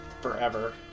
forever